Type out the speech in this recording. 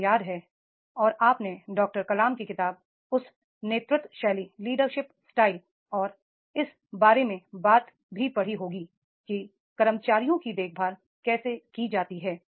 मुझे याद है और आपने डॉ कलाम की किताब उस लीडरशिप स्टाइल्स और इस बारे में बात भी पढ़ी होगी कि कर्मचारियों की देखभाल कैसे की जाती है